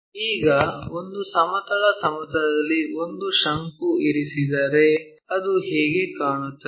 ಈಗ ಒಂದು ಸಮತಲ ಸಮತಲದಲ್ಲಿ ಒಂದು ಶಂಕು ಇರಿಸಿದರೆ ಅದು ಹೇಗೆ ಕಾಣುತ್ತದೆ